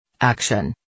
Action